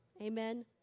Amen